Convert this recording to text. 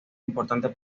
importante